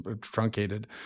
truncated